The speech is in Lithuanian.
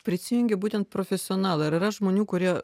prisijungė būtent profesionalai ar yra žmonių kurie